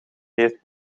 heeft